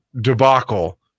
debacle